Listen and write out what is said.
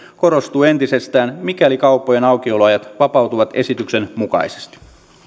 korostuu entisestään mikäli kauppojen aukioloajat vapautuvat esityksen mukaisesti